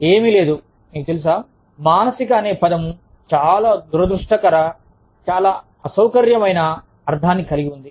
ఏమీ లేదు మీకు తెలుసా మానసిక అనే పదం చాలా దురదృష్టకర చాలా అసౌకర్యమైన అర్థాన్ని కలిగి ఉంది